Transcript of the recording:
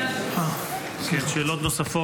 יש שאלות נוספות,